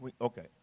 Okay